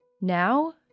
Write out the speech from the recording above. Now